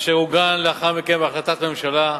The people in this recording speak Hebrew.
אשר עוגן לאחר מכן בהחלטת ממשלה,